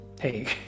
hey